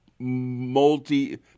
multi